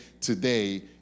today